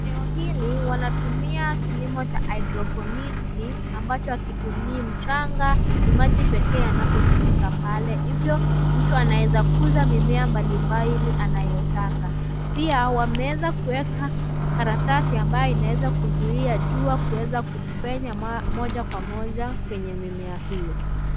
Eneo hili wanatumia kilimo ya hydroponic ambacho hakitumii mchanga ni maji pekee yanapo tumika pale hivyo mtu anaweza kuuza mimea mbali mbali anayo taka. Pia ameweza kuwekwa karatasi ambayo inaweza kuzuia jua kuweza kupenya moja kwa moja kwenye mimea hiyo.